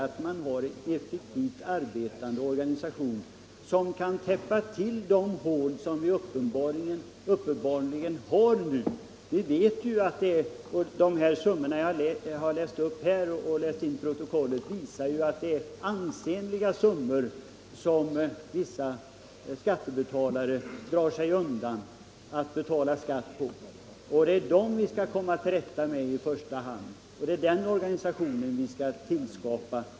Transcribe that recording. Vad vi behöver är en effektivt arbetande organisation, som kan täppa till de hål som nu uppenbarligen förekommer. De siffror jag läst in i protokollet visar att vissa skattebetalare drar sig undan betalningen av ansenliga summor i skatt. Det är i första hand dem vi skall komma till rätta med, och det är en organisation för detta ändamål som vi skall tillskapa.